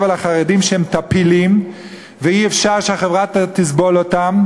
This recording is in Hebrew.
על החרדים שהם טפילים ואי-אפשר שהחברה תסבול אותם,